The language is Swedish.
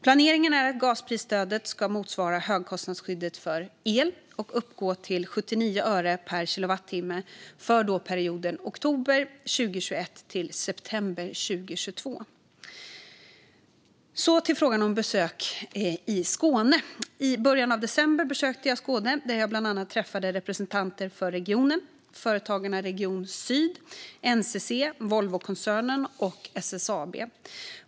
Planeringen är att gasprisstödet ska motsvara högkostnadsskyddet för el och uppgå till 79 öre per kilowattimme för perioden oktober 2021-september 2022. Jag går vidare till frågan om besök i Skåne. I början av december besökte jag Skåne, där jag bland annat träffade representanter för regionen, Företagarna Region Syd, NCC, Volvokoncernen och SSAB.